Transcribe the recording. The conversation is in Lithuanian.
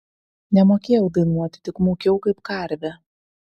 nemokėjau dainuoti tik mūkiau kaip karvė